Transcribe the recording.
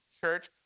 church